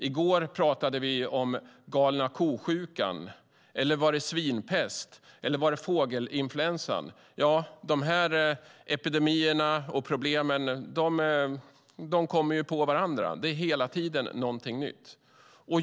I går talade vi om galna ko-sjukan, eller var det svinpest eller fågelinfluensa? Epidemierna och problemen kommer på varandra. Det är hela tiden någonting nytt.